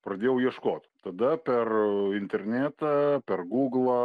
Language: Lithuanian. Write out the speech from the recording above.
pradėjau ieškot tada per internetą per gūglą